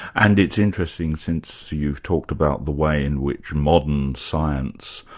and it's interesting, since you've talked about the way in which modern science